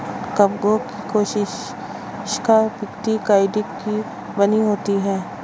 कवकों की कोशिका भित्ति काइटिन की बनी होती है